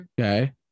Okay